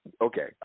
Okay